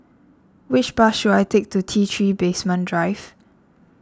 which bus should I take to T three Basement Drive